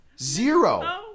Zero